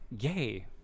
Yay